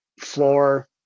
floor